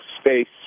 space